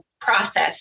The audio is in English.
process